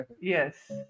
Yes